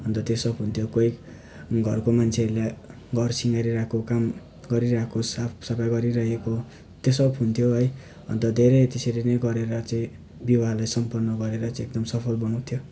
अन्त त्यो सब हुन्थ्यो कोही घरको मान्छेहरूले घर सिङ्गारिरहेको काम गरिरहेको साफसफाइ गरिरहेको त्यो सब हुन्थ्यो है अन्त धेरै त्यसरी नै गरेर चाहिँ विवाहलाई सम्पन्न गरेर चाहिँ एकदम सफल बनाउँथ्यो